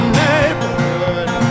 neighborhood